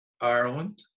Ireland